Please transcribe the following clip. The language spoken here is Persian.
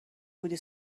بودی